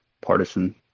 partisan